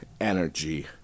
energy